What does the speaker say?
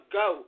go